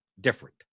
different